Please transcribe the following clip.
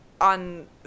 on